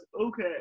okay